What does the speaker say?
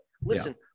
listen